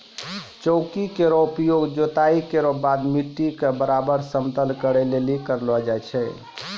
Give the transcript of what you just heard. चौकी केरो उपयोग जोताई केरो बाद मिट्टी क बराबर समतल करै लेलि करलो जाय छै